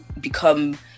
become